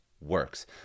works